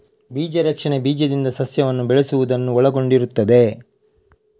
ಬೀಜ ರಕ್ಷಣೆ ಬೀಜದಿಂದ ಸಸ್ಯವನ್ನು ಬೆಳೆಸುವುದನ್ನು ಒಳಗೊಂಡಿರುತ್ತದೆ